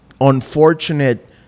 unfortunate